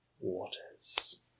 waters